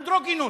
אנדרוגינוס.